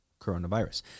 coronavirus